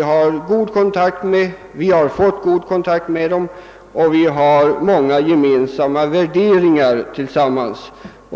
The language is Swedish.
har god kontakt med ifrågavarande länder och har många gemensamma värderingar med dem.